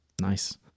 Nice